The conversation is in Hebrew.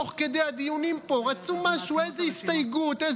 תוך כדי הדיונים פה רצו משהו, איזו הסתייגות.